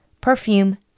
perfume